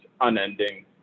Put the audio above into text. unending